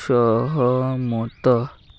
ସହମତ